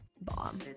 bomb